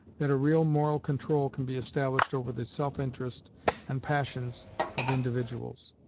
that a real moral control can be established over the self-interest and passions of individuals.